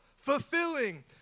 fulfilling